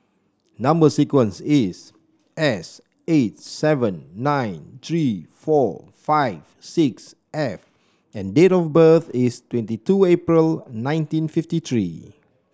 number sequence is S eight seven nine three four five six F and date of birth is twenty two April nineteen fifty three